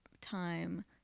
time